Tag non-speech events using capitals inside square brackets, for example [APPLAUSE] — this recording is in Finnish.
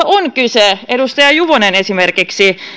[UNINTELLIGIBLE] on kyse edustaja juvonen esimerkiksi